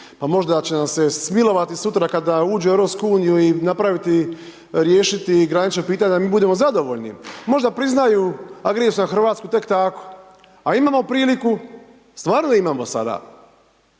možda će nam se smilovati sutra kada uđu u Europsku uniju i napraviti, riješiti granična pitanja da mi budemo zadovoljni, možda priznaju agresiju na Hrvatsku tek tako, a imamo priliku, stvarno imamo sada,